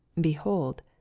Behold